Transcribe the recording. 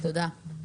תודה רבה.